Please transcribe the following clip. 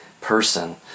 person